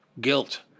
guilt